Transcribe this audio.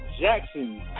Jackson